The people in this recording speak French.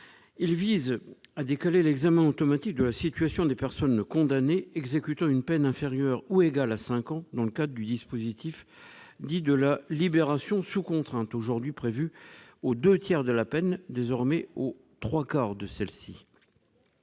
de la peine l'examen automatique de la situation des personnes condamnées exécutant une peine inférieure ou égale à cinq ans dans le cadre du dispositif dit « de la libération sous contrainte », aujourd'hui prévu aux deux tiers de la peine. Ce dispositif rogne en effet